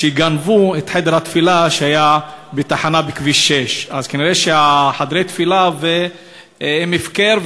שגנבו את חדר התפילה שהיה בתחנה בכביש 6. אז כנראה חדרי התפילה הם הפקר,